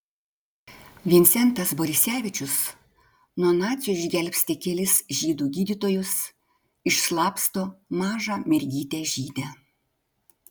vincentas borisevičius nuo nacių išgelbsti kelis žydų gydytojus išslapsto mažą mergytę žydę